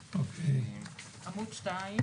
זה סעיף 3,